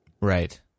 Right